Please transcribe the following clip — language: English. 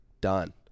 done